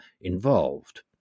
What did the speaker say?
involved